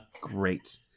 Great